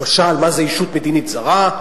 למשל, מה זה ישות מדינית זרה?